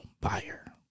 buyer